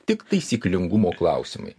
tik taisyklingumo klausimai